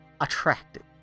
attractive